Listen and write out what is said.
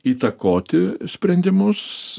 įtakoti sprendimus